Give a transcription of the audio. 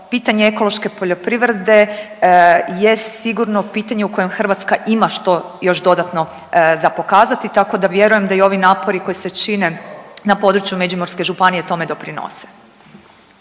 pitanje ekološke poljoprivrede jest sigurno pitanje u kojem Hrvatska ima što još dodatno za pokazati, tako da vjerujem da i ovi napori koji se čine na području Međimurske županije tome doprinose.